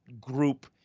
group